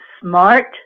smart